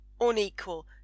unequal